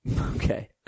Okay